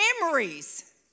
memories